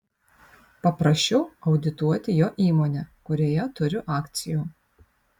paprašiau audituoti jo įmonę kurioje turiu akcijų